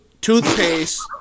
toothpaste